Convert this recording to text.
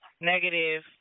Negative